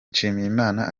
nshimiyimana